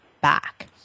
back